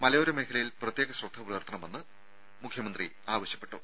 മലയോര മേഖലയിൽ പ്രത്യേക ശ്രദ്ധ പുലർത്തണമെന്ന് പിണറായി വിജയൻ ആവശ്യപ്പെട്ടു